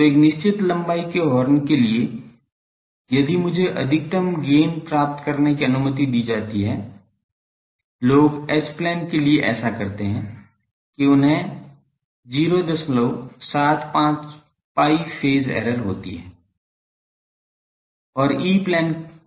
तो एक निश्चित लंबाई के हॉर्न के लिए यदि मुझे अधिकतम गेन प्राप्त करने की अनुमति दी जाती है लोग एच प्लेन के लिए ऐसा करते हैं कि उन्हें 075 pi फेज एरर होती है और ई प्लेन में समस्या होती हैं